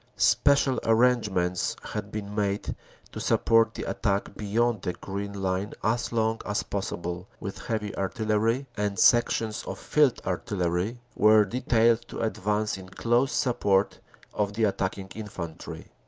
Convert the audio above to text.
spe cial arrangements had been made to support the attack beyond the green line as long as possible with heavy artillery, and sections of field artillery were detailed to advance in close support of the attacking infantry.